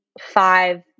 five